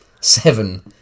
seven